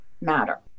matter